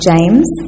James